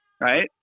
Right